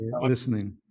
listening